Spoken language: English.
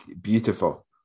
beautiful